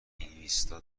اینستا